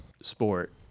sport